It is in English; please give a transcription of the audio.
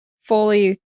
fully